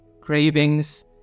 cravings